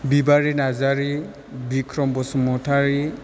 Bibari Narzary Bikhram Basumatary